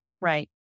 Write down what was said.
Right